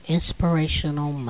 Inspirational